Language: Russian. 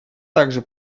также